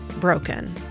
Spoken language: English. broken